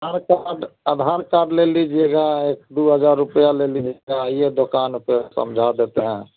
आधार card Aadhaar Aadhaar card ले लीजिएगा एक दो हज़ार रुपया ले लीजिएगा आइए दुकान पर समझा देते हैं